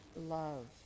love